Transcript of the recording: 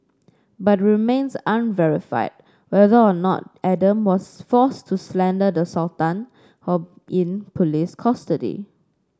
but it remains unverified whether or not Adam was forced to slander the Sultan while in police custody